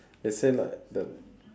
they say like the